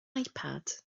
ipad